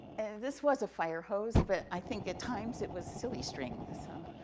this was a fire hose, but i think, at times, it was silly string. so